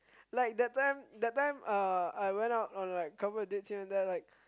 like that time that time uh I went out on like couples dates here and there right